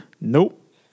Nope